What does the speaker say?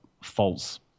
false